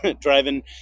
driving